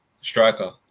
Striker